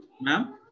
Ma'am